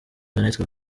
jeannette